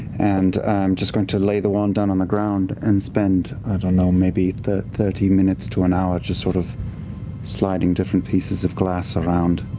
and just going to lay the wand down on the ground and spend, i don't know, maybe thirty minutes to an hour just sort of sliding different pieces of glass around,